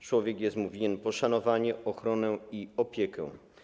Człowiek jest mu winien poszanowanie, ochronę i opiekę.